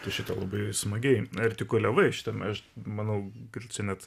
tai šitą labai smagiai artikuliavai aš šitam aš manau galiuciu net